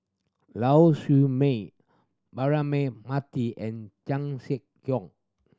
Lau Siew Mei Braema Mathi and Chan Sek Keong